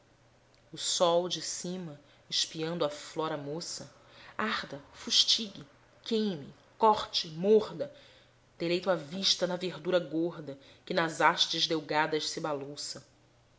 o sol de cima espiando a flora moça arda fustigue queime corte morda deleito a vista na verdura gorda que nas hastes delgadas se balouça